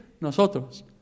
nosotros